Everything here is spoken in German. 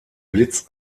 blitz